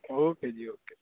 okay ਜੀ okay